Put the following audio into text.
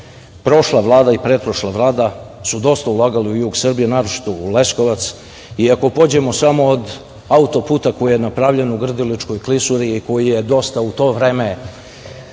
prošla Vlada i pretprošla Vlada su dosta ulagale u jug Srbije, naročito u Leskovac i ako pođemo od auto puta koji je napravljen u Grdeličkoj klisuri i koji je dosta u to vreme,